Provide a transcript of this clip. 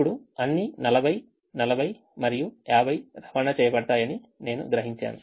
ఇప్పుడు అన్ని 40 40 మరియు 50 రవాణా చేయబడతాయి అని నేను గ్రహించాను